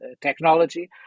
technology